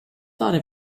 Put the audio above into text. thought